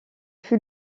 fut